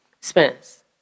Spence